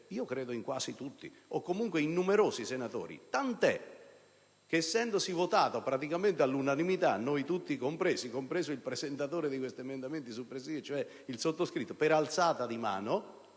praticamente quasi tutti o comunque numerosi senatori, tant'è che essendo stati votati praticamente all'unanimità (noi tutti compresi, compreso il presentatore degli emendamenti soppressivi, cioè il sottoscritto) per alzata di mano,